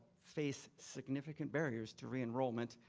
face significant barriers to re-enrollment,